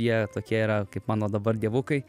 jie tokie yra kaip mano dabar dievukai